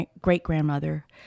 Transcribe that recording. great-grandmother